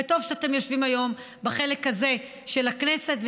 וטוב שאתם יושבים היום בחלק הזה של הכנסת,